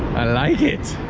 like it